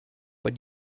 but